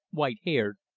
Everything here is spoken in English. white-haired,